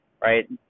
right